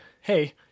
hey